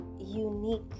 unique